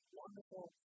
wonderful